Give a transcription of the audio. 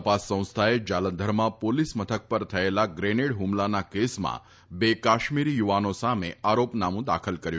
તપાસ સંસ્થાએ જાલંધરમાં પોલીસ મથક પર થયેલા ગ્રેનેડ હુમલાના કેસમાં બે કાશ્મીરી યુવાનો સામે આરોપનામું દાખલ કર્યું